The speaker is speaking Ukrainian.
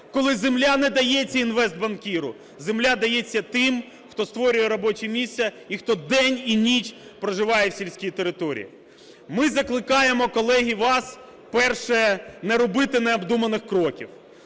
коли земля не дається інвестбанкіру. Земля дається тим, хто створює робочі місця і хто день і ніч проживає в сільській території. Ми закликаємо, колеги, вас, перше – не робити необдуманих кроків;